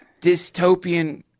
Dystopian